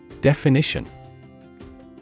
Definition